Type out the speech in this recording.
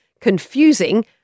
confusing